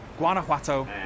Guanajuato